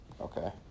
Okay